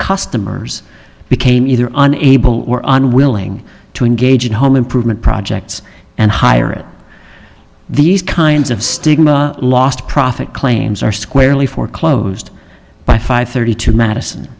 customers became either unable or unwilling to engage in home improvement projects and hire it these kinds of stigma last profit claims are squarely foreclosed by five thirty two madison